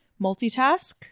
multitask